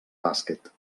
bàsquet